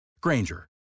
Granger